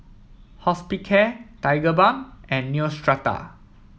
Hospicare Tigerbalm and Neostrata